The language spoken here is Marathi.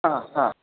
हां हां